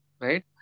right